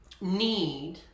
need